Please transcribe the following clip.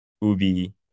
Ubi